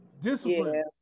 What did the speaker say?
discipline